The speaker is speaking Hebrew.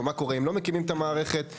או מה קורה אם לא מקימים את המערכת וכו'.